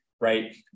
right